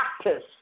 practice